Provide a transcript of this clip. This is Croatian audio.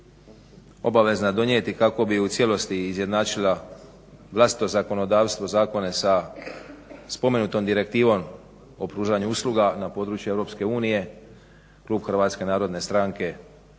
obavezna donijeti kako bi u cijelosti izjednačila vlastito zakonodavstvo zakone sa spomenutom direktivom o pružanju usluga na području EU, klub HNS-a će podržati